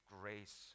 grace